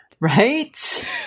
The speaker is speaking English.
Right